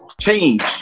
change